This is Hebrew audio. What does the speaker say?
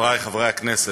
חברי חברי הכנסת,